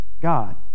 God